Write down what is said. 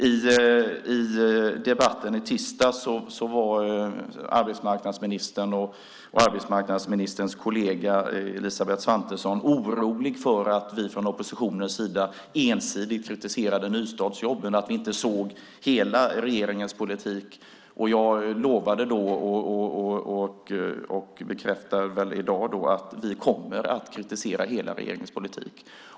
I debatten i tisdags var arbetsmarknadsministern och hans kollega Elisabeth Svantesson oroliga för att vi från oppositionens sida ensidigt kritiserade nystartsjobben och att vi inte såg hela regeringens politik. Jag lovade då och bekräftar i dag att vi kommer att kritisera hela regeringens politik.